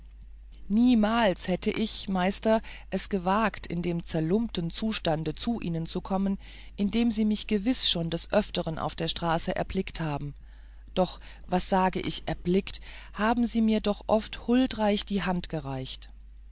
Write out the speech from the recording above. niemals hätte ich meister es gewagt in dem zerlumpten zustande zu ihnen zu kommen in dem sie mich gewiß schon des öfteren auf der straße erblickt haben doch was sage ich erblickt haben sie mir doch oft huldreich die hand gereicht